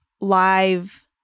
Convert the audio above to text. live